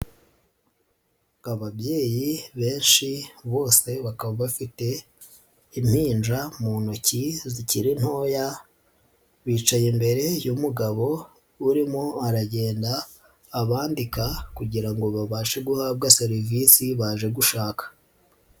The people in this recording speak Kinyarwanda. Ababyeyi benshi bose bakaba bafite impinja mu ntoki zikiri ntoya, bicaye imbere y'umugabo urimo aragenda abandika kugira ngo babashe guhabwa serivisi baje gushaka.